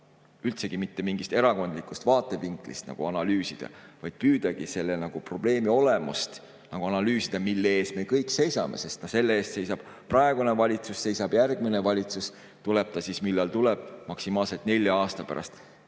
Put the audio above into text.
üldsegi mitte mingist erakondlikust vaatevinklist analüüsida, vaid püüan analüüsida selle probleemi olemust, mille eest me kõik seisame. Selle ees seisab praegune valitsus ja seisab järgmine valitsus, tuleb ta siis, millal tuleb, maksimaalselt nelja aasta pärast.